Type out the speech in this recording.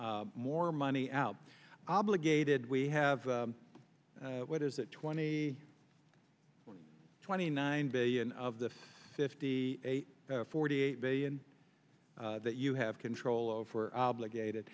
more money out obligated we have what is it twenty twenty nine billion of the fifty eight forty eight billion that you have control over obligated